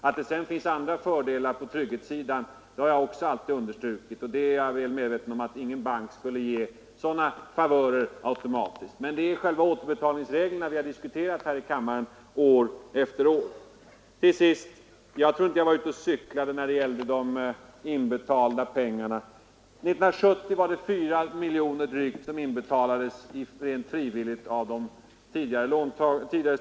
Att det finns andra fördelar på trygghetssidan har jag också alltid understrukit. Jag är väl medveten om att ingen bank automatiskt skulle ge sådana favörer. Men det är själva återbetalningsreglerna vi har diskuterat här i kammaren år efter år. Jag tror inte att jag var ute och cyklade när det gällde de inbetalade pengarna. År 1970 var det drygt 4 miljoner som rent frivilligt inbetalades av låntagarna.